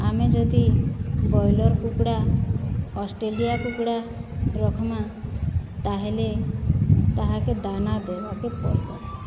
ଆମେ ଯଦି ବ୍ରଏଲର୍ କୁକୁଡ଼ା ଅଷ୍ଟ୍ରେଲିଆ କୁକୁଡ଼ା ରଖ୍ମା ତାହେଲେ ତାହାକେ ଦାନା ଦେବାକେ ପଡ଼୍ବା